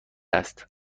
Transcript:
است